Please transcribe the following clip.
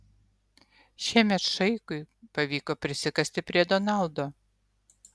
šiemet šaikui pavyko prisikasti prie donaldo